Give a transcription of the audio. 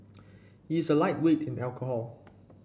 he is a lightweight in alcohol